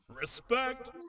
Respect